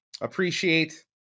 appreciate